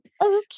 Okay